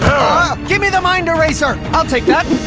give me the mind eraser! i'll take that.